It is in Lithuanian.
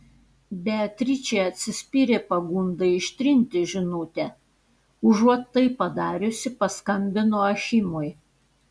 beatričė atsispyrė pagundai ištrinti žinutę užuot tai padariusi paskambino achimui